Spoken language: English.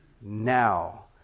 now